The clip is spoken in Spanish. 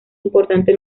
importante